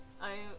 I-